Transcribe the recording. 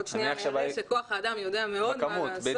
עוד שנייה אני אראה שכוח האדם יודע מאוד מה לעשות אבל אין מספיק.